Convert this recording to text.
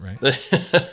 right